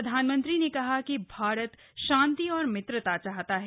प्रधानमंत्री ने कहा कि भारत शांति और मित्रता चाहता है